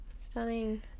stunning